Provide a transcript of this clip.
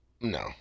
No